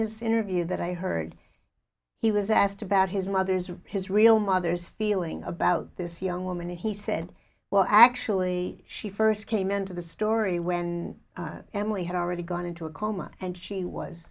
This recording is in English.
his interview that i heard he was asked about his mother's or his real mother's feeling about this young woman he said well actually she first came into the story when emily had already gone into a coma and she was